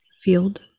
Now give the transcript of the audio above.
field